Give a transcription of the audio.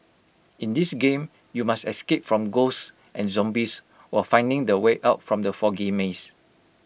in this game you must escape from ghosts and zombies while finding the way out from the foggy maze